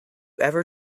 ever